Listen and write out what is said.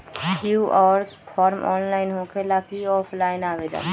QR form online होकेला कि offline आवेदन?